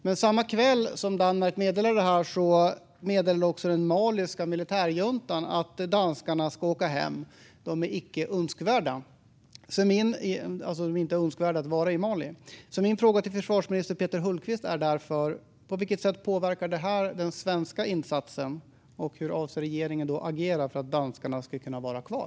Men samma kväll som Danmark meddelade det här meddelade också den maliska militärjuntan att danskarna ska åka hem och är icke önskvärda i Mali. Min fråga till försvarsminister Peter Hultqvist är därför: På vilket sätt påverkar det här den svenska insatsen, och hur avser regeringen att agera för att danskarna ska kunna vara kvar?